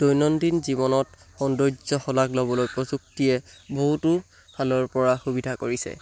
দৈনন্দিন জীৱনত সৌন্দৰ্য শলাগ ল'বলৈ প্ৰযুক্তিয়ে বহুতো ফালৰ পৰা সুবিধা কৰিছে